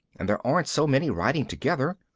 and there aren't so many riding together.